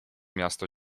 miasto